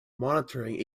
monitoring